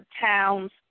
towns